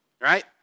right